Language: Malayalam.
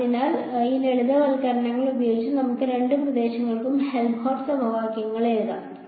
അതിനാൽ ഈ ലളിതവൽക്കരണങ്ങൾ ഉപയോഗിച്ച് നമുക്ക് രണ്ട് പ്രദേശങ്ങൾക്കും ഹെൽംഹോൾട്ട്സ് സമവാക്യങ്ങൾ എഴുതാം